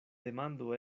demando